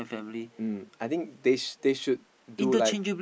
um I think they sh~ they should do like